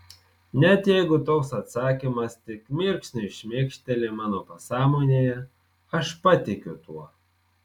net jeigu toks atsakymas tik mirksniui šmėkšteli mano pasąmonėje aš patikiu tuo